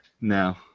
No